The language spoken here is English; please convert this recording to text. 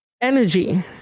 energy